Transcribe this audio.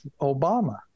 Obama